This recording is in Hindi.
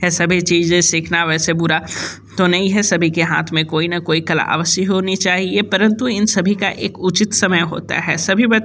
ये सभी चीज़ें सीखना वैसे बुरा तो नहीं है सभी के हाथ में कोई ना कोई कला अवश्य होनी चाहिए परंतु इन सभी का एक उचित समय होता है सभी बच्चों